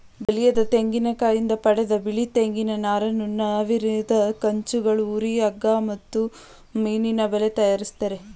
ಬಲಿಯದ ತೆಂಗಿನಕಾಯಿಂದ ಪಡೆದ ಬಿಳಿ ತೆಂಗಿನ ನಾರನ್ನು ನವಿರಾದ ಕುಂಚಗಳು ಹುರಿ ಹಗ್ಗ ಮತ್ತು ಮೀನಿನಬಲೆ ತಯಾರಿಸ್ತರೆ